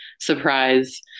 surprise